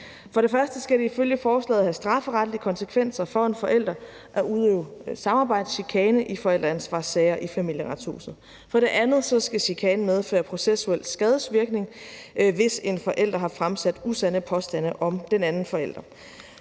For det første skal det ifølge forslaget have strafferetlige konsekvenser for en forælder, der udøver samarbejdschikane i forældreansvarssager i Familieretshuset. For det andet skal chikanen medføre processuel skadevirkning, hvis en forælder har fremsat usande påstande om den anden forælder.